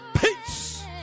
peace